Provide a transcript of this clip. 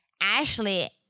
Ashley